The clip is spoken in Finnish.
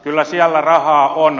kyllä siellä rahaa on